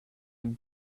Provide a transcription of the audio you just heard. him